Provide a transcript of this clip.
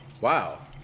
Wow